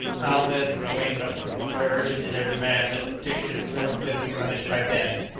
alvez and coimbra were urgent in their demand that dick should forthwith be punished by death,